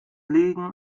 legen